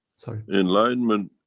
sorry enlightenment,